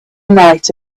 night